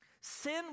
Sin